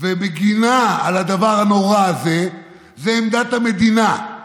ומגינה על הדבר הנורא הזה, ועמדת המדינה,